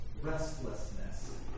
restlessness